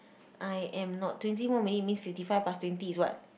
I am not twenty more minute means fifty five plus twenty is what